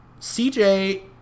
CJ